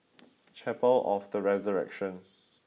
Chapel of the Resurrection